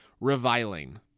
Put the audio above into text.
reviling